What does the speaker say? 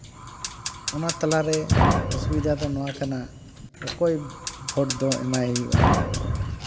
ᱚᱱᱟ ᱛᱟᱞᱟᱨᱮ ᱚᱥᱩᱵᱤᱫᱷᱟ ᱫᱚ ᱱᱚᱣᱟ ᱠᱟᱱᱟ ᱚᱠᱚᱭ ᱵᱷᱳᱴ ᱫᱚ ᱮᱢᱟᱭ ᱦᱩᱭᱩᱜᱼᱟ